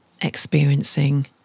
experiencing